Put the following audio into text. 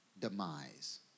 demise